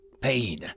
Pain